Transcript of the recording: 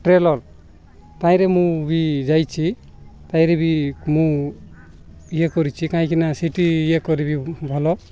trailer ତାଇରେ ମୁଁ ବି ଯାଇଛି ତାଇରେ ବି ମୁଁ ଇଏ କରିଛି କାହିଁକି ନା ସିଟି ଇଏ କରିବି ଭଲ